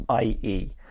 ie